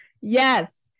Yes